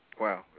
Wow